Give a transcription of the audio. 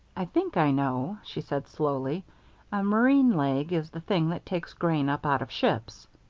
i think i know, she said slowly a marine leg is the thing that takes grain up out of ships.